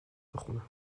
بخونم